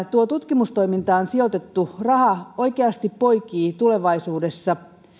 tuo tutkimustoimintaan sijoitettu raha oikeasti poikii tulevaisuudessa